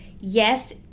Yes